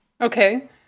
Okay